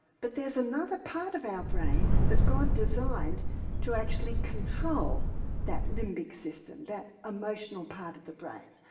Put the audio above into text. but there's another part of our brain that god designed to actually control that limbic system, that emotional part of the brain.